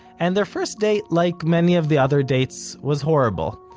and their first date, like many of the other dates, was horrible.